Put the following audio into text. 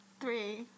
Three